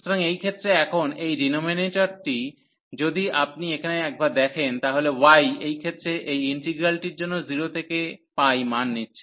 সুতরাং এই ক্ষেত্রে এখন এই ডিনোমিনেটরটি যদি আপনি এখানে একবার দেখেন তাহলে y এই ক্ষেত্রে এই ইন্টিগ্রালটির জন্য 0 থেকে মান নিচ্ছে